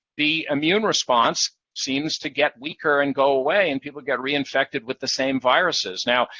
the immune response seems to get weaker and go away, and people get reinfected with the same viruses. now,